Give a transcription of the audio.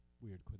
weird